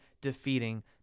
defeating